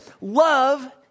Love